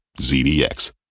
ZDX